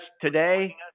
today